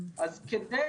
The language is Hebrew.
אז כדי